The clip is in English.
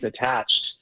attached